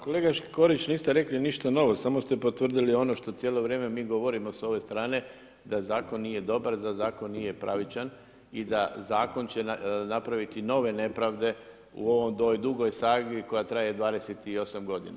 Kolega Škorić, niste rekli ništa novo samo ste potvrdili ono što cijelo vrijeme mi govorimo sa ove strane da zakon nije dobar, da zakon nije pravičan i da zakon će napraviti nove nepravde u ovoj dugoj sagi koja traje 28 godina.